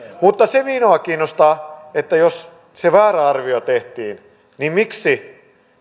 mutta se minua kiinnostaa että jos se väärä arvio tehtiin miksi